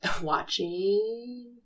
watching